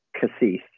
Cassis